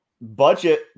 budget